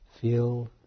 feel